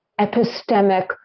epistemic